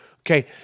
okay